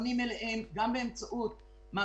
שהם "בוחנים את